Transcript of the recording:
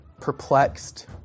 perplexed